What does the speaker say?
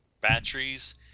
Batteries